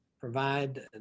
provide